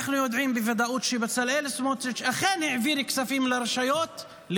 אנחנו יודעים בוודאות שבצלאל סמוטריץ' אכן העביר כספים לרשויות